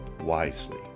wisely